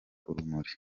urumuri